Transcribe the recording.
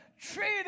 treated